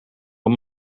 een